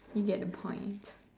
you get the point